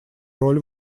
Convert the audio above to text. роль